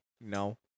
No